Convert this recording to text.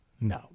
no